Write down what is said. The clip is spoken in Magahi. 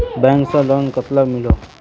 बैंक से लोन कतला मिलोहो?